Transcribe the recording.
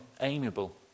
amiable